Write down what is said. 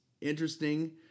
interesting